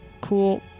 cool